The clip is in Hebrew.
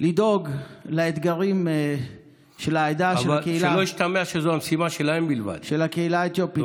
לאתגרים של העדה, של הקהילה האתיופית.